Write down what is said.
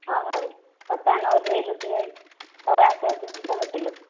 ହୋଉ ହୋଉ ତା'ହେଲେ ଓହ୍ଲାଇଲୁଟି ନାଇଁ ହୋଉ ଆସେ ଆସେ ଯିବା ହୋଟେଲକୁ